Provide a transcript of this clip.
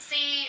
See